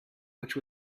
which